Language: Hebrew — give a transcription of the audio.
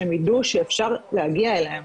שהם ידעו שאפשר להגיע אליהם